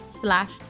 slash